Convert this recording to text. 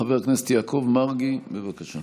חבר הכנסת יעקב מרגי, בבקשה.